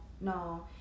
no